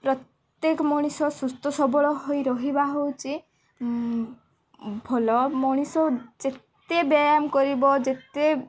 ପ୍ରତ୍ୟେକ ମଣିଷ ସୁସ୍ଥ ସବଳ ହୋଇ ରହିବା ହେଉଛି ଭଲ ମଣିଷ ଯେତେ ବ୍ୟାୟାମ କରିବ ଯେତେ